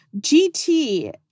GT